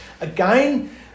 again